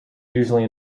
usually